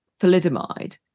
thalidomide